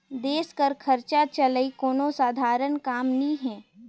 देस कर खरचा चलई कोनो सधारन काम नी हे